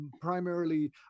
primarily